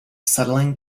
settling